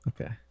Okay